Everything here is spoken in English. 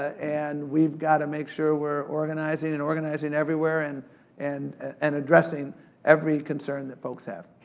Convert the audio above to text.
and we've got to make sure we're organizing, and organizing everywhere, and and and addressing every concern that folks have,